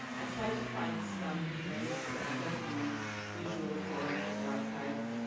i try to find some different documents, visual forms of the archive,